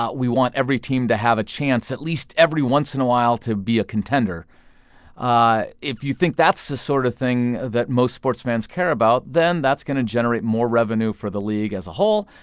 ah we want every team to have a chance, at least every once in a while, to be a contender ah if you think that's the sort of thing that most sports fans care about, then that's going to generate more revenue for the league as whole.